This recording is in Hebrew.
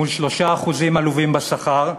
מול 3% עלובים בשכר,